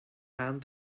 hand